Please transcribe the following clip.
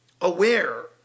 aware